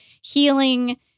healing